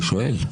אני שואל.